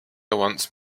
once